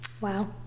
Wow